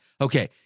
Okay